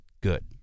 good